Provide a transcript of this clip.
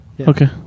okay